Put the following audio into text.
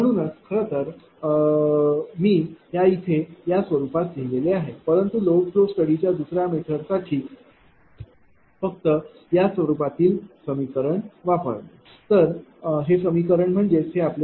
म्हणूनच खरं तर मी ह्या इथे या स्वरूपात लिहिलेले आहे परंतु लोड फ्लो स्टडी च्या दुसऱ्या मेथड साठीच फक्त या स्वरूपातील समीकरण वापरले